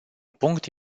punct